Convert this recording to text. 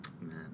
Man